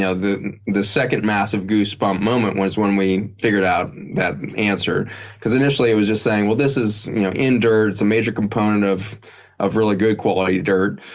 yeah the the second massive goose bump moment was when we figured out that answer because initially, it was just saying, well, this is you know in dirt. it's a major component of of really good quality dirt.